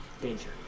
danger